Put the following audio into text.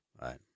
right